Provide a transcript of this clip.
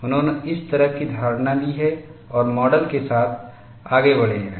उन्होंने इस तरह की धारणा ली है और माडल के साथ आगे बढ़े हैं